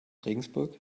regensburg